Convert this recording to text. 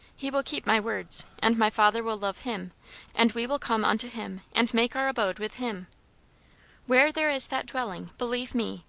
he will keep my words and my father will love him and we will come unto him, and make our abode with him where there is that indwelling, believe me,